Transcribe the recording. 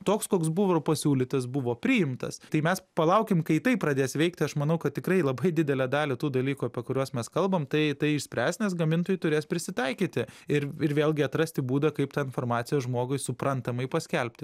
toks koks buvo ir pasiūlytas buvo priimtas tai mes palaukim kai tai pradės veikti aš manau kad tikrai labai didelę dalį tų dalykų apie kuriuos mes kalbam tai tai išspręs nes gamintojai turės prisitaikyti ir ir vėlgi atrasti būdą kaip tą informaciją žmogui suprantamai paskelbti